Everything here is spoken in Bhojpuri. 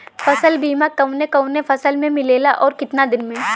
फ़सल बीमा कवने कवने फसल में मिलेला अउर कितना दिन में?